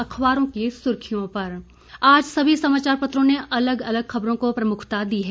अखबारों की सुर्खियों पर आज सभी समाचार पत्रों ने अलग अलग खबरों को प्रमुखता दी है